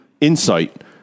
insight